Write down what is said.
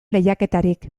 lehiaketarik